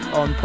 on